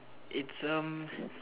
it's um